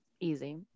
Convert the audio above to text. easy